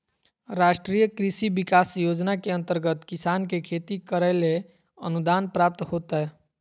राष्ट्रीय कृषि विकास योजना के अंतर्गत किसान के खेती करैले अनुदान प्राप्त होतय